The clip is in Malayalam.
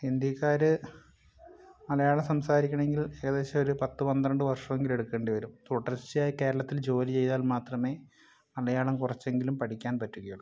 ഹിന്ദിക്കാർ മലയാളം സംസാരിക്കണമെങ്കിൽ ഏകദേശമൊരു പത്ത് പന്ത്രണ്ട് വർഷമെങ്കിലും എടുക്കേണ്ടിവരും തുടർച്ചയായി കേരളത്തിൽ ജോലി ചെയ്താൽ മാത്രമേ മലയാളം കുറച്ചെങ്കിലും പഠിക്കാൻ പറ്റുകയുള്ളു